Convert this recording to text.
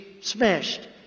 Smashed